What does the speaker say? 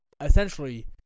Essentially